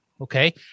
Okay